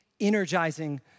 energizing